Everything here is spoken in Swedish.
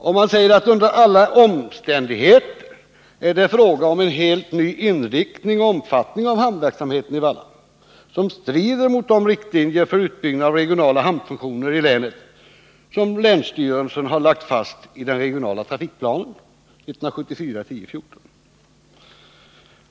Och de säger att det under alla omständigheter är fråga om en helt ny inriktning och omfattning av hamnverksamheten i Vallhamn som strider mot de riktlinjer för utbyggnaden av regionala hamnfunktioner i länet som länsstyrelsen har lagt fast i den regionala trafikplanen 1974:1014.